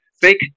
fake